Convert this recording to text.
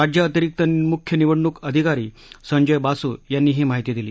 राज्य अतिरिक्त मुख्य निवडणूक अधिकारी संजय बासू यांनी ही माहिती दिली